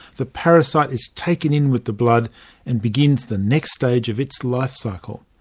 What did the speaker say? the parasite is taken in with the blood and begins the next stage of its life cycle.